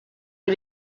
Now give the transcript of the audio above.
que